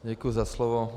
Děkuji za slovo.